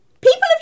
People